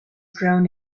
grown